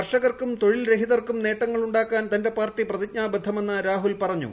കർഷകർക്കും തൊഴിൽ രഹിതർക്കും നേട്ടങ്ങൾ ഉ ാക്കാൻ തന്റെ പാർട്ടി പ്രതിജ്ഞാബദ്ധമെന്ന് രാഹുൽ പറഞ്ഞു